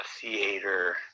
theater